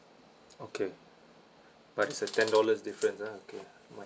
okay but it's a ten dollars difference ah okay might